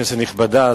כנסת נכבדה,